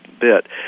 bit